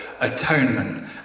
atonement